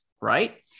right